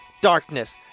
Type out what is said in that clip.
Darkness